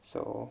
so